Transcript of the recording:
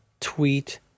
tweet